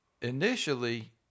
Initially